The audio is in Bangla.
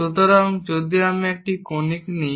সুতরাং যদি আমি একটি কনিক নিই